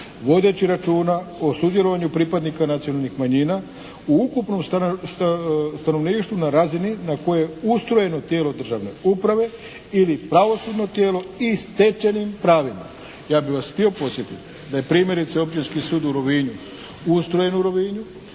vodeći računa o sudjelovanju pripadnika nacionalnih manjina u ukupnom stanovništvu na razini na kojoj je ustrojeno tijelo državne uprave ili pravosudno tijelo i stečenim pravima. Ja bih vas htio podsjetiti da je primjerice Općinski sud u Rovinju ustrojen u Rovinju,